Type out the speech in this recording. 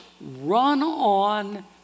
run-on